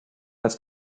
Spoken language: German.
als